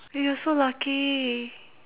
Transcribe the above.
!aiyo! you so lucky